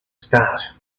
start